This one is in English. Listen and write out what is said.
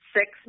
six